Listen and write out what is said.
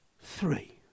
Three